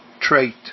trait